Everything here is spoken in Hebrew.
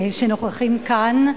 שנוכחים כאן,